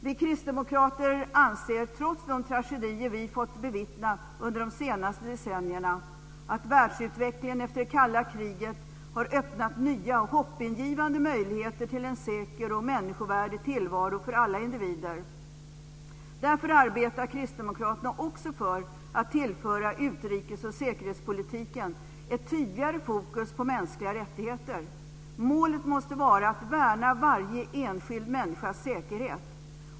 Vi kristdemokrater anser, trots de tragedier vi fått bevittna under de senaste decennierna, att världsutvecklingen efter det kalla kriget har öppnat nya och hoppingivande möjligheter till en säker och människovärdig tillvaro för alla individer. Därför arbetar kristdemokraterna också för att tillföra utrikes och säkerhetspolitiken ett tydligare fokus på mänskliga rättigheter. Målet måste vara att värna varje enskild människas säkerhet.